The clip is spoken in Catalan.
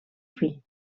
fill